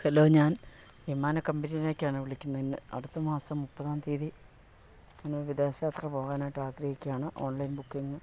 hello ഞാൻ വിമാന കമ്പനീലേക്കാണ് വിളിക്കുന്നത് ഇന്ന് അടുത്ത മാസം മുപ്പതാം തിയ്യതി ഞാൻ വിദേശാത്ര പോകാനായിട്ട് ആഗ്രഹിക്കുകയാണ് ഓൺലൈൻ ബുക്കിംഗ്